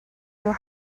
your